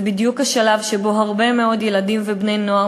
וזה בדיוק השלב שבו הרבה מאוד ילדים ובני-נוער